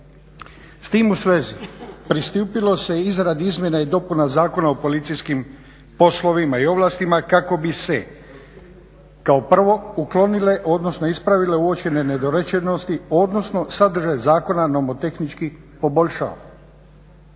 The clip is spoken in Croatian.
S tim u svezi, pristupilo se izradi izmjena i dopuna Zakona o policijskim poslovima i ovlastima kako bi se kao prvo uklonile, odnosno ispravile uočene nedorečenosti, odnosno sadržaj zakona nomotehnički poboljšao.